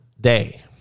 day